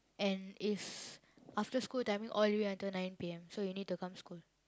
and it's after school timing all the way until nine P_M so you need to come school